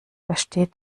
versteht